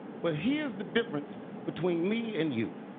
but here's the difference between me and you.